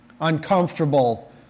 uncomfortable